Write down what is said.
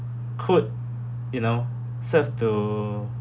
could you know serve to